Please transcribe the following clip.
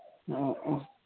ꯑꯣ ꯑꯣ